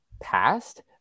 past